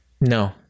No